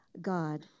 God